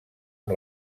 amb